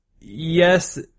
yes